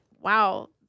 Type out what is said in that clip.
wow